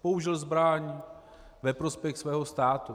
Použil zbraň ve prospěch svého státu.